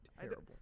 Terrible